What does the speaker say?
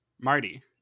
Marty